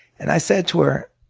and i said to her,